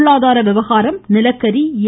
பொருளாதார விவகாரம் நிலக்கரி எ